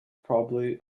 probably